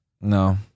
No